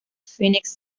phoenix